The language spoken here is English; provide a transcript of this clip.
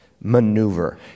maneuver